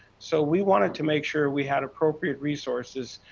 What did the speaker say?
so we wanted to make sure we had appropriate resources,